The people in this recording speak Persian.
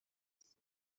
است